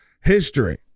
history